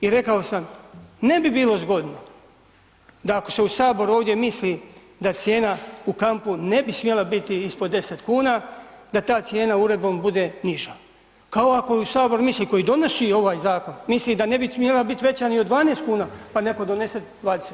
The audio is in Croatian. I rekao sam, ne bi bilo zgodno da ako se u Saboru ovdje misli da cijena u kampu ne bi smjela biti ispod 10 kn, da ta cijena uredbom bude niža kao ako i Sabor misli koji donosi ovaj zakon, misli da ne bi smjela biti veća ni od 12 kn pa netko donese 20.